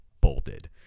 bolted